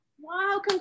Wow